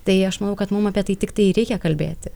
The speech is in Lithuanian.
tai aš manau kad mum apie tai tiktai ir reikia kalbėti